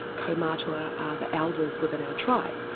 kaumatua are the elders within our tribe.